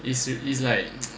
is it is like